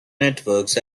networks